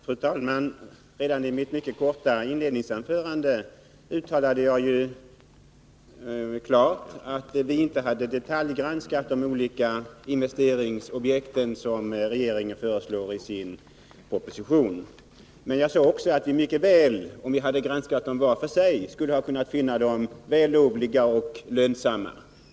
Fru talman! Redan i mitt korta inledningsanförande uttalade jag klart att vi inte hade detaljgranskat de olika investeringsobjekt som regeringen föreslår i 67 sin proposition. Jag sade också att vi mycket väl — om vi hade granskat förslagen var för sig — skulle ha kunnat finna dem vällovliga och lönsamma.